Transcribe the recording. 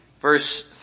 verse